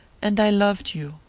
and i loved you.